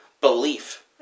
belief